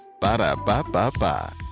Ba-da-ba-ba-ba